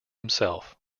himself